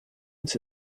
ins